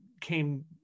came